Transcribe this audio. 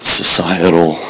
societal